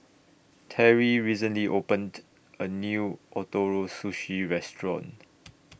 Terry recently opened A New Ootoro Sushi Restaurant